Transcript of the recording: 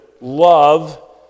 love